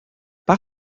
par